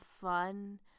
fun